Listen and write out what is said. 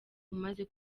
umaze